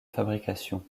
fabrication